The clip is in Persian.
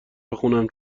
بخونم